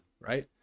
right